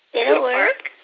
it work?